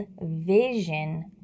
vision